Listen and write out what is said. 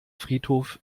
friedhof